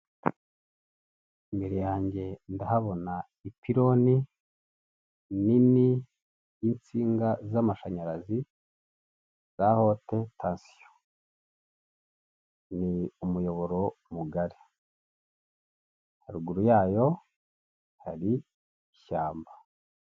Imbere yanjye ndahabona ipironi nini y'intsinga z'amashanyarazi, za hote tansiyo. Ni umuyoboro mugari, haruguru yayo hari ishyamba.